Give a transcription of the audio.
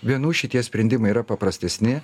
vienų šitie sprendimai yra paprastesni